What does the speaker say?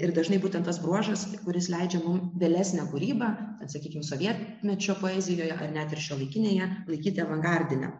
ir dažnai būtent tas bruožas kuris leidžia mum vėlesnę kūrybą sakykim sovietmečio poezijoje net ir šiuolaikinėje laikyti avangardine